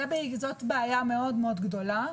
זאת בעיה מאוד מאוד גדולה,